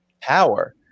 power